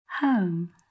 Home